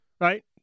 Right